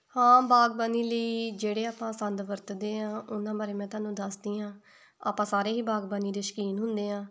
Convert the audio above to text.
ਹਾਂ ਬਾਗਬਾਨੀ ਲਈ ਜਿਹੜੇ ਆਪਾਂ ਸੰਦ ਵਰਤਦੇ ਹਾਂ ਉਹਨਾਂ ਦੇ ਬਾਰੇ ਮੈਂ ਤੁਹਾਨੂੰ ਦੱਸਦੀ ਹਾਂ ਆਪਾਂ ਸਾਰੇ ਹੀ ਬਾਗਬਾਨੀ ਦੇ ਸ਼ੌਕੀਨ ਹੁੰਦੇ ਹਾਂ